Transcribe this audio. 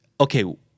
okay